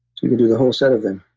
you can do the whole set of them.